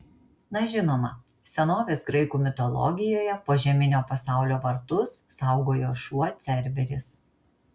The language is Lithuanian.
na žinoma senovės graikų mitologijoje požeminio pasaulio vartus saugojo šuo cerberis